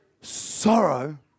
sorrow